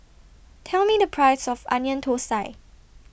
Tell Me The Price of Onion Thosai